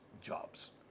jobs